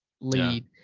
lead